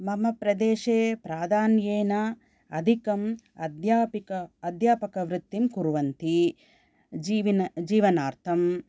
मम प्रदेशे प्राधान्येन अधिकं अध्यापिक अध्यापकवृत्तिं कुर्वन्ति जीवनार्थं